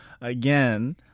again